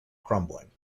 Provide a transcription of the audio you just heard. crumbling